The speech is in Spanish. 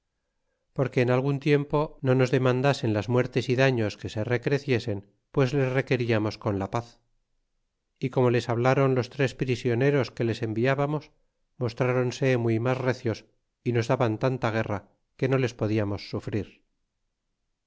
porque en algun tiempo no nos demandasen las muertes y daños que se recreciesen pues les requeriamos con la paz y como les hablaron los tres prisioneros que les enviábamos mostráronse muy mas recios y nos daban tanta guerra que no les podíamos sufrir